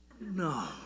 no